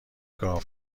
گاو